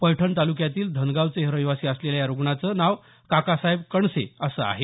पैठण तालुक्यातील धनगावचे रहिवाशी असलेल्या या रग्णाचं नाव काकासाहेब कणसे असे आहे